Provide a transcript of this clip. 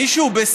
מי שהוא בסיעוד,